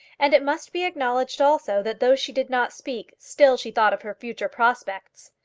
and it must be acknowledged also that though she did not speak, still she thought of her future prospects.